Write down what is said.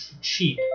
cheap